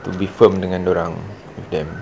to be firm dengan dia orang with them